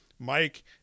Mike